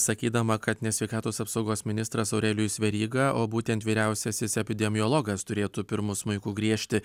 sakydama kad ne sveikatos apsaugos ministras aurelijus veryga o būtent vyriausiasis epidemiologas turėtų pirmu smuiku griežti